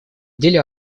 деле